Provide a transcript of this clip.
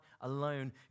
alone